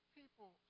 people